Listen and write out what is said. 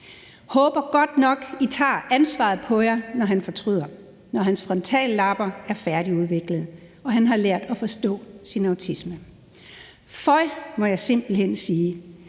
håber godt nok, at I tager ansvaret på jer, når han fortryder, når hans frontallapper er færdigudviklede og han har lært at forstå sin autisme. Føj, må jeg simpelt hen sige.